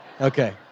Okay